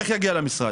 איך יגיע למשרד?